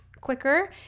quicker